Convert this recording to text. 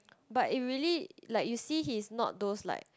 but if really like you see he's not those like